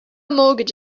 mortgage